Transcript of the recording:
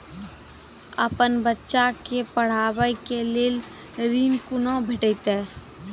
अपन बच्चा के पढाबै के लेल ऋण कुना भेंटते?